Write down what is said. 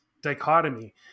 dichotomy